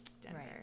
Denver